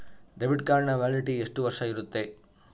Debit ಕಾರ್ಡಿನ validity ಎಷ್ಟು ವರ್ಷ ಇರುತ್ತೆ?